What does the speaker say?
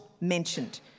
mentioned